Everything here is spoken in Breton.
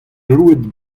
gloued